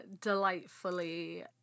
delightfully